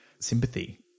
sympathy